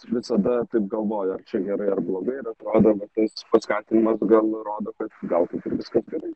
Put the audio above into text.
aš visada taip galvoju ar čia gerai ar blogai ir atrodo va tas paskatinimas gal rodo kad gal viskas gerai